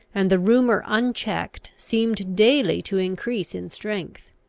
and the rumour unchecked seemed daily to increase in strength.